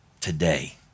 Today